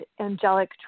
angelic